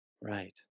Right